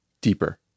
deeper